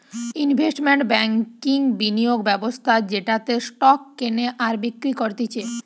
investment ব্যাংকিংবিনিয়োগ ব্যবস্থা যেটাতে স্টক কেনে আর বিক্রি করতিছে